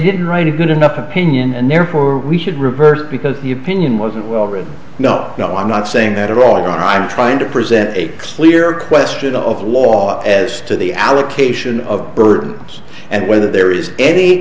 didn't write even enough opinion and therefore we should reverse because the opinion wasn't well written no no i'm not saying that are wrong on i'm trying to present a clear question of law as to the allocation of burdens and whether there is any